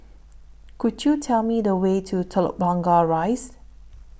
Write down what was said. Could YOU Tell Me The Way to Telok Blangah Rise